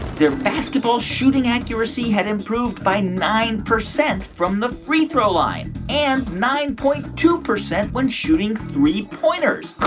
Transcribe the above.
their basketball shooting accuracy had improved by nine percent from the free throw line and nine point two percent when shooting three pointers. and